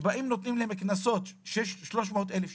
שבאים נותנים להם קנסות 300,000 שקלים,